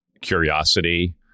curiosity